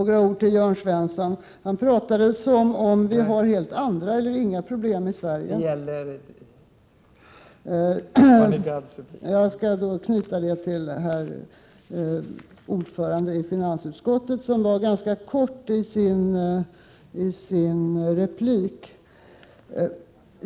Fru talman! Ordföranden i finansutskottet var ganska kortfattad i sin replik.